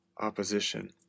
opposition